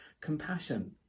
compassion